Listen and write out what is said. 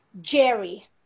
Jerry